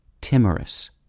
timorous